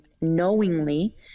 knowingly